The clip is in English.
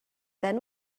then